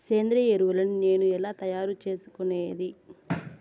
సేంద్రియ ఎరువులని నేను ఎలా తయారు చేసుకునేది?